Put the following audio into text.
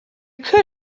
could